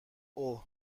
اَه